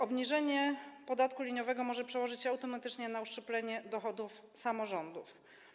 Obniżenie stawki podatku liniowego może przełożyć się automatycznie na uszczuplenie dochodów samorządów.